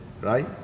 Right